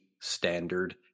standard